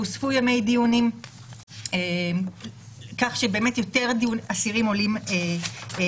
הוספו ימי דיונים כך שבאמת יותר אסירים עולים ביום,